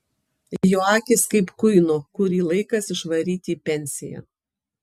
jo akys kaip kuino kurį laikas išvaryti į pensiją